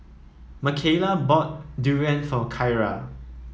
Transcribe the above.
Makayla bought durian for Kyra